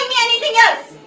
anything else?